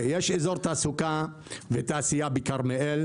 וגם אגיד את זה בהשקה של התוכנית ביוני בתל אביב,